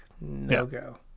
No-go